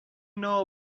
know